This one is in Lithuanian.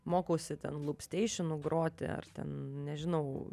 mokausi ten lupsteišinu groti ar ten nežinau